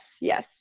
yes